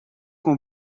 com